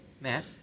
Matt